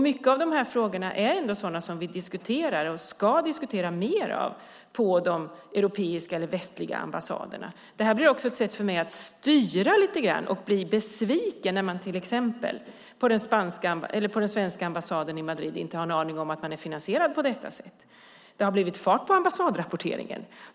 Många av dessa frågor är sådana som vi diskuterar, och ska diskutera ännu mer, på de europeiska och västliga ambassaderna. Det blir dessutom ett sätt för mig att lite grann styra, och jag blir besviken när de till exempel på svenska ambassaden i Madrid inte har en aning om att de är finansierade på detta sätt. Nu har det dock blivit fart på ambassadrapporteringen.